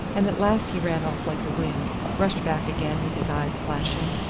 and at last he ran off like the wind, rushed back again with his eyes flashing,